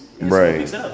Right